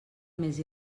més